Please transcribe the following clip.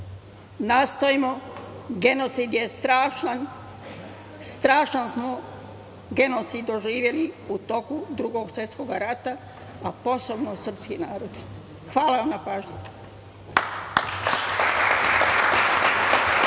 Nastojmo, genocid je strašan, strašan smo genocid doživeli u toku Drugog svetskog rata, a posebno srpski narod. Hvala vam na pažnji.